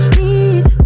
need